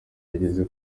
yageze